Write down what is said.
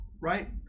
right